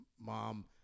mom